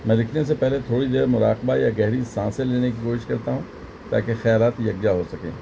میں لکھنے سے پہلے تھوڑی دیر مراقبہ یا گہری سانسیں لینے کی کوشش کرتا ہوں تاکہ خیالات یکجا ہو سکیں